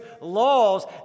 laws